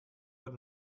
wird